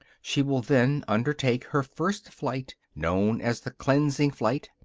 she will then undertake her first flight, known as the cleansing-flight,